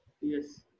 Yes